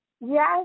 Yes